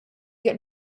got